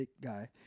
guy